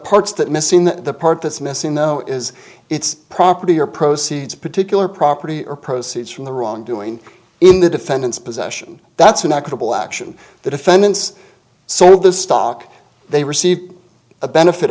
parts that missing that the part that's missing though is its property or proceeds a particular property or proceeds from the wrongdoing in the defendant's possession that's an equitable action the defendant's so the stock they receive a benefit